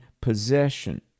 possession